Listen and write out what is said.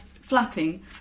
flapping